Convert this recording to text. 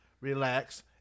relax